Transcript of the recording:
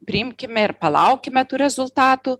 priimkime ir palaukime tų rezultatų